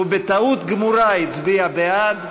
הוא בטעות גמורה הצביע בעד.